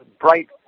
bright